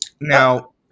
Now